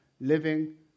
living